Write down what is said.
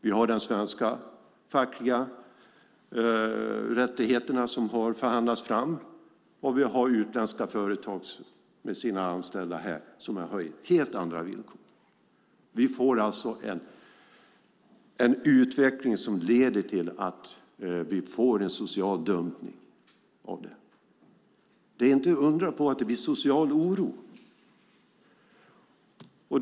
Vi har de svenska fackliga rättigheterna som har förhandlats fram, och vi har utländska företag med sina anställda som har helt andra regler. Vi får alltså en utveckling som leder till social dumpning. Det är inte att undra på att det blir social oro.